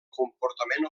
comportament